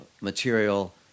material